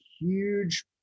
huge